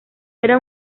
era